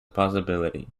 possibility